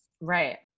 Right